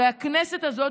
הרי הכנסת הזאת,